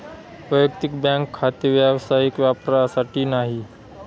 वैयक्तिक बँक खाते व्यावसायिक वापरासाठी नाही